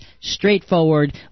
straightforward